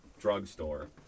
drugstore